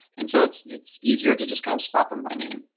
and so it's it's easier to just kind of spot them by name.